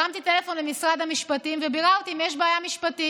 הרמתי טלפון למשרד המשפטים וביררתי אם יש בעיה משפטית.